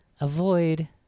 avoid